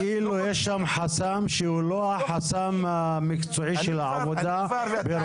כאילו יש שם חסם שהוא לא החסם המקצועי של העבודה ברשויות.